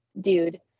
dude